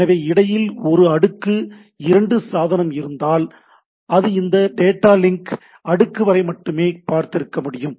எனவே இடையில் ஒரு அடுக்கு 2 சாதனம் இருந்தால் அது இந்த டேட்டா லிங்க் அடுக்கு வரை மட்டுமே பார்த்திருக்க முடியும்